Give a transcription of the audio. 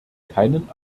keinen